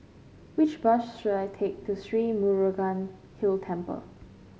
which bus should I take to Sri Murugan Hill Temple